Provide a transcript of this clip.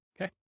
Okay